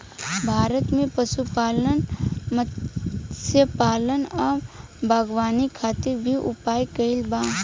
भारत में पशुपालन, मत्स्यपालन आ बागवानी खातिर भी उपाय कइल बा